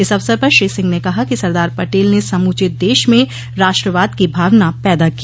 इस अवसर पर श्री सिंह ने कहा कि सरदार पटेल ने समूचे देश में राष्ट्रवाद की भावना पैदा की